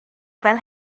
fel